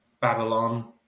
Babylon